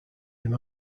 him